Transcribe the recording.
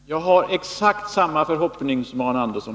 Fru talman! Jag har exakt samma förhoppning som Arne Andersson.